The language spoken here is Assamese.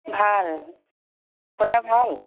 ভাল আপোনাৰ ভাল